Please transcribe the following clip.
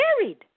married